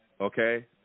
okay